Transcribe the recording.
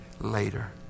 later